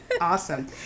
Awesome